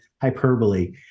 hyperbole